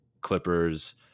clippers